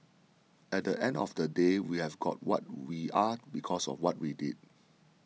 at the end of the day we have got what we are because of what we did